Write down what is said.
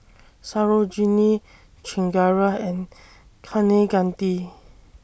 Sarojini Chengara and Kaneganti